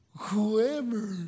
Whoever